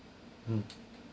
hmm